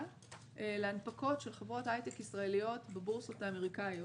להנפקות של חברות הייטק ישראליות בבורסות האמריקניות.